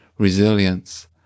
resilience